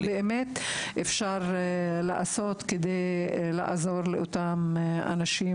ומה באמת אפשר לעשות כדי לעזור לאום אנשים